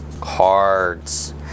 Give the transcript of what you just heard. cards